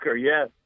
yes